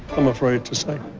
i'm afraid to say